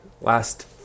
last